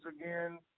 again